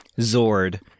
zord